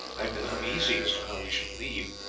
i have been uneasy as to how we should leave,